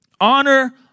Honor